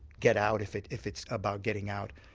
get out if it's if it's about getting out.